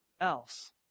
else